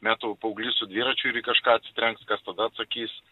metų paauglys su dviračiu į kažką atsitrenks kas tada atsakys